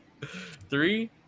three